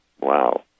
wow